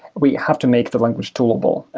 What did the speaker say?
we have to make the language toolable,